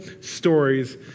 stories